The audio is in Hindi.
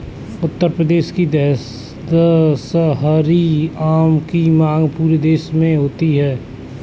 उत्तर प्रदेश का दशहरी आम की मांग पूरे देश में होती है